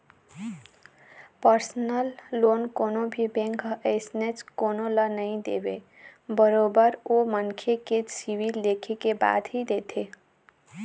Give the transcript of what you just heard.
personal loan कोनो भी bank ह अइसने कोनो ल नइ देवय बरोबर ओ मनखे के सिविल देखे के बाद ही देथे